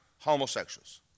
homosexuals